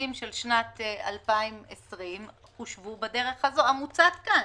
המענקים של שנת 2020 חושבו בדרך הזו המוצעת כאן.